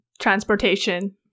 transportation